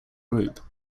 group